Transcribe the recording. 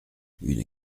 une